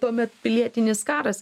tuomet pilietinis karas